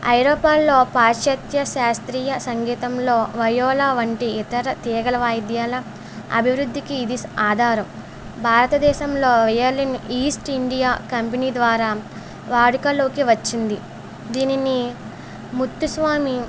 ఐరోపాల్లో పాశ్చాత్య శాస్త్రీయ సంగీతంలో వయోలా వంటి ఇతర తీగల వాయిద్యాల అభివృద్ధికి ఇది ఆధారం భారతదేశంలో వయోలిన్ ఈస్ట్ ఇండియా కంపినీ ద్వారా వాడుకలోకి వచ్చింది దీనిని ముత్తుస్వామి